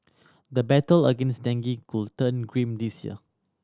the battle against dengue could turn grim this year